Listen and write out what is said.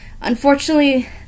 Unfortunately